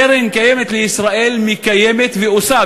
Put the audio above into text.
קרן קיימת לישראל מקיימת ועושה,